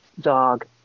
dog